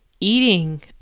eating